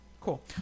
Cool